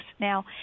Now